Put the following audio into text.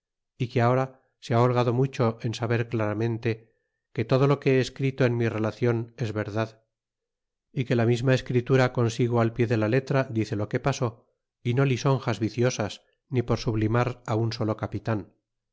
y que ahora se ha holgado mucho en saber claramente que todo lo que he escrito en mi relacion es verdad y que la misma escritura consigo al pie de la letra dice lo que pasó y no lisonjas viciosas ni por sublimar á un solo